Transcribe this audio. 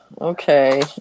Okay